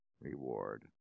reward